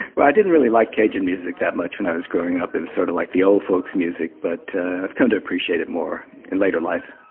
well i didn't really like cajun music that much when i was growing up. it was sort of like old folks music, but i've come to appreciate it more in later life.